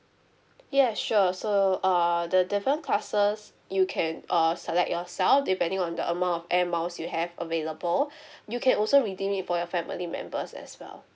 yeah sure so err the different classes you can uh select yourself depending on the amount of air miles you have available you can also redeem it for your family members as well